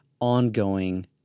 ongoing